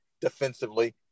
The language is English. defensively